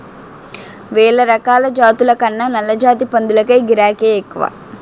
వేలరకాల జాతుల కన్నా నల్లజాతి పందులకే గిరాకే ఎక్కువ